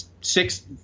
six